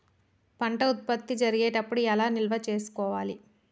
పంట ఉత్పత్తి జరిగేటప్పుడు ఎలా నిల్వ చేసుకోవాలి?